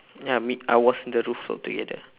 ya me I was in the roof top together